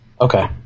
Okay